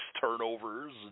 turnovers